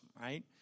right